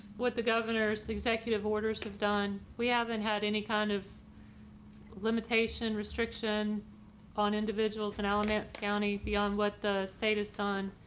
what the governor's executive orders have done. we haven't had any kind of limitation restriction on individuals in alamance. county beyond what the state is done.